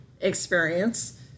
experience